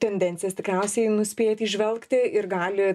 tendencijas tikriausiai nuspėt įžvelgti ir gali